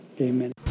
amen